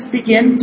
begin